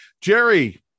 Jerry